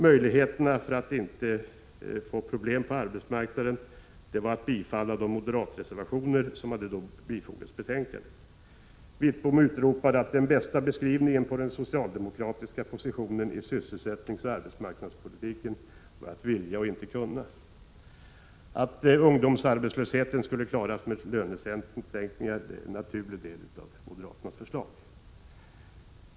För att inte få problem på arbetsmarknaden skulle man bifalla de moderatreservationer som hade bifogats betänkandet. Bengt Wittbom utropade att den bästa beskrivningen av den socialdemokratiska positionen i sysselsättningsoch arbetsmarknadspolitiken var ”att vilja men inte kunna”. Att ungdomsarbetslösheten skulle klaras med lönesänkningar var en naturlig del av moderaternas förslag.